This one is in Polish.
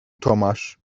tomasz